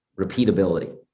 repeatability